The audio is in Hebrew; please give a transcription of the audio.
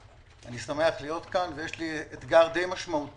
אני שמח להיות כאן, ויש לי אתגר די משמעותי